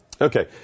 Okay